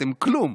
אתם כלום,